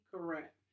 Correct